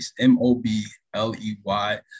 M-O-B-L-E-Y